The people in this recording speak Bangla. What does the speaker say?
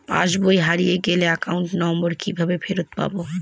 পাসবই হারিয়ে গেলে অ্যাকাউন্ট নম্বর কিভাবে ফেরত পাব?